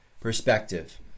perspective